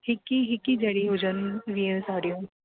हिकु ई हिकु ई जहिड़ी हुजनि वीह साड़ियूं